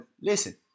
listen